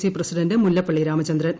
C president Mullappally Ramachandran